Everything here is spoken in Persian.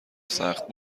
سخت